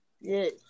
Yes